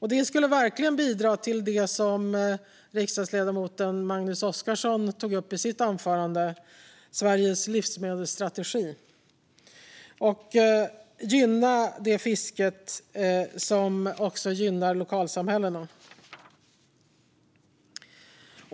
Det skulle verkligen bidra till det som riksdagsledamoten Magnus Oscarsson tog upp i sitt anförande om Sveriges livsmedelsstrategi. Det skulle gynna det fiske som även gynnar lokalsamhällena.